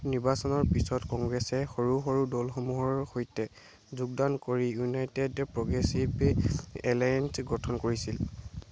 নিৰ্বাচনৰ পিছত কংগ্ৰেছে সৰু সৰু দলসমূহৰ সৈতে যোগদান কৰি ইউনাইটেড প্ৰগ্ৰেছিভ এলায়েন্স গঠন কৰিছিল